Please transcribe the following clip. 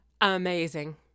Amazing